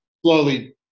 slowly